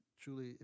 truly